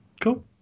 Cool